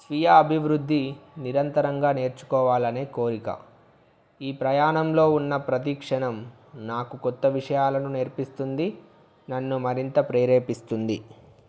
స్వీయ అభివృద్ధి నిరంతరంగా నేర్చుకోవాలనే కోరిక ఈ ప్రయాణంలో ఉన్న ప్రతీక్షణం నాకు కొత్త విషయాలను నేర్పిస్తుంది నన్ను మరింత ప్రేరేపిస్తుంది